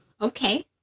Okay